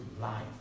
life